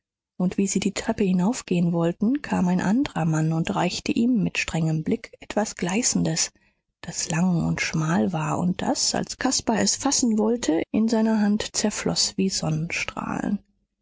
und wie sie die treppe hinaufgehen wollten kam ein andrer mann und reichte ihm mit strengem blick etwas gleißendes das lang und schmal war und das als caspar es fassen wollte in seiner hand zerfloß wie sonnenstrahlen